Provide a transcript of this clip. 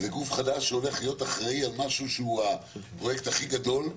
וגוף חדש שהולך להיות אחראי על משהו שהוא הפרויקט הכי גדול,